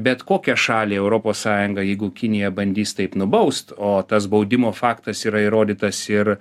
bet kokią šalį europos sąjunga jeigu kinija bandys taip nubaust o tas baudimo faktas yra įrodytas ir